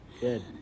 Good